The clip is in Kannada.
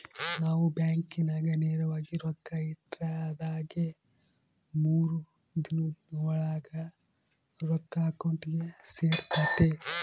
ನಾವು ಬ್ಯಾಂಕಿನಾಗ ನೇರವಾಗಿ ರೊಕ್ಕ ಇಟ್ರ ಅದಾಗಿ ಮೂರು ದಿನುದ್ ಓಳಾಗ ರೊಕ್ಕ ಅಕೌಂಟಿಗೆ ಸೇರ್ತತೆ